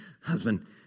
Husband